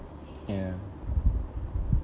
ya